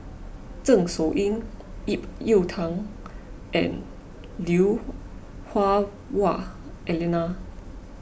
Zeng Shouyin Ip Yiu Tung and Lui Hah Wah Elena